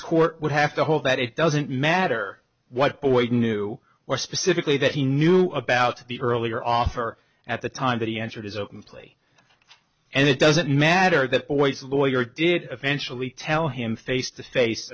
court would have to hold that it doesn't matter what boyd knew or specifically that he knew about the earlier offer at the time that he entered as a plea and it doesn't matter that boy's lawyer did eventually tell him face to face